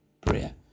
prayer